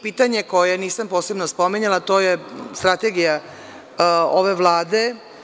Pitanje koje nisam posebno spominjala, a to je strategija ove Vlade.